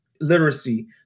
literacy